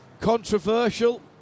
controversial